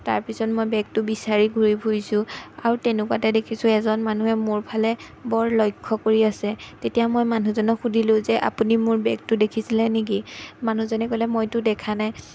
তাৰপিছত মই বেগটো বিচাৰি ঘূৰি ফুৰিছোঁ আৰু তেনেকুৱাতে দেখিছোঁ এজন মানুহে মোৰ ফালে বৰ লক্ষ্য কৰি আছে তেতিয়া মই মানুহজনক সুধিলোঁ যে আপুনি মোৰ বেগটো দেখিছিলে নেকি মানুহজনে ক'লে মইতো দেখা নাই